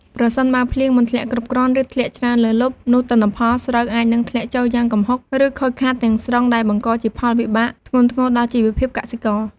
ប្រសិនបើភ្លៀងមិនធ្លាក់គ្រប់គ្រាន់ ឬធ្លាក់ច្រើនលើសលប់ នោះទិន្នផលស្រូវអាចនឹងធ្លាក់ចុះយ៉ាងគំហុក ឬខូចខាតទាំងស្រុង ដែលបង្កជាផលវិបាកធ្ងន់ធ្ងរដល់ជីវភាពកសិករ។